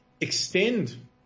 extend